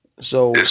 So-